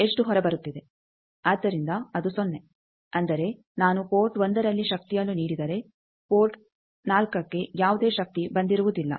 ಆದ್ದರಿಂದ ಅದು ಸೊನ್ನೆ ಅಂದರೆ ನಾನು ಪೋರ್ಟ್1 ರಲ್ಲಿ ಶಕ್ತಿಯನ್ನು ನೀಡಿದರೆ ಪೋರ್ಟ್ 4ಗೆ ಯಾವುದೇ ಶಕ್ತಿ ಬರುವುದಿಲ್ಲ